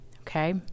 okay